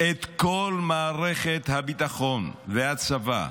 את כל מערכת הביטחון והצבא,